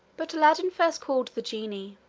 but aladdin first called the genie.